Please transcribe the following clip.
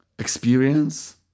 Experience